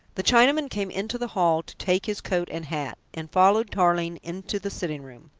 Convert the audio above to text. the chinaman came into the hall to take his coat and hat, and followed tarling into the sitting-room.